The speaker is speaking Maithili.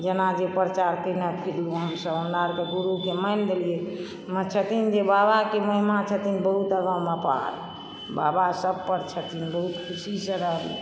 जेना जे प्रचार कयने फिरलु हमसभ हमराअरके गुरुके मानि लेलियै म छथिन जे बाबाके महिमा छथिन बहुत अगम अपार बाबा सभपर छथिन बहुत खुशीसँ रहलुँ